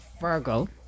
Virgo